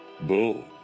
Boom